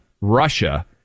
Russia